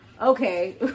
Okay